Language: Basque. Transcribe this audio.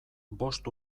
bost